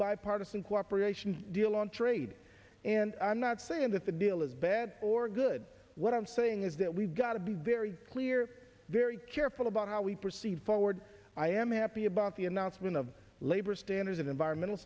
bipartisan cooperation deal on trade and i'm not saying that the deal is bad or good what i'm saying is that we've got to be very clear very careful about how we proceed forward i am happy about the announcement of labor standards and environmental